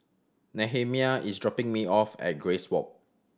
Nehemiah is dropping me off at Grace Walk